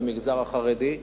למגזר החרדי.